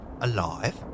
alive